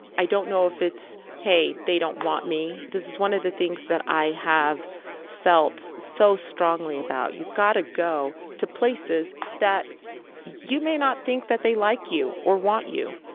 i don't know if it's, hey, they don't want me. this is one of the things that i have felt so strongly about. you've got to go to places that you may not think that they like you or want you.